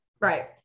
Right